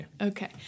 Okay